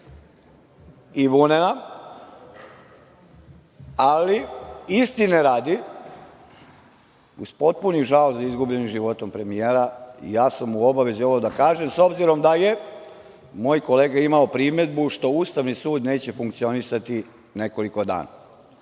i vunena, ali istine radi uz potpuni žal za izgubljenim životom premijera, ja sam u obavezi da ovo kažem, s obzirom da je moj kolega imao primedbu što Ustavni sud neće funkcionisati nekoliko dana.